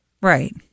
Right